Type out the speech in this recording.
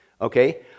okay